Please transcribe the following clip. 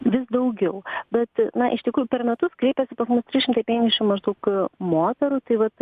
vis daugiau bet na iš tikrųjų per metus kreipiasi pas mus trys šimtai penkiasšim maždaug moterų tai vat